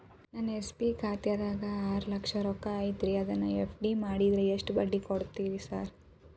ನನ್ನ ಎಸ್.ಬಿ ಖಾತ್ಯಾಗ ಆರು ಲಕ್ಷ ರೊಕ್ಕ ಐತ್ರಿ ಅದನ್ನ ಎಫ್.ಡಿ ಮಾಡಿದ್ರ ಎಷ್ಟ ಬಡ್ಡಿ ಕೊಡ್ತೇರಿ ಸರ್?